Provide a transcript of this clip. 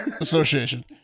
association